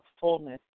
fullness